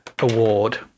Award